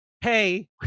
hey